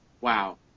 wow